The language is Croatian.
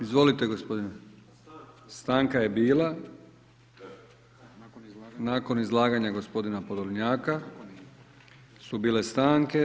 Izvolite gospodine. … [[Upadica se ne razumije.]] Stanka je bila nakon izlaganja gospodina Podolnjaka su bile stanke.